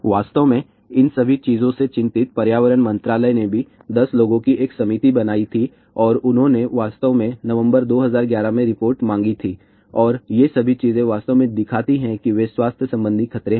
वास्तव में इन सभी बातों से चिंतित पर्यावरण मंत्रालय ने भी १० लोगों की एक समिति बनाई थी और उन्होंने वास्तव में नवंबर २०११ में रिपोर्ट सौंपी थी और ये सभी चीजें वास्तव में दिखाती हैं कि वे स्वास्थ्य संबंधी खतरे हैं